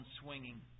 swinging